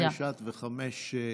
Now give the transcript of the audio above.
חמש את וחמש האוזר.